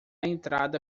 entrada